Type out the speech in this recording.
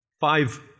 Five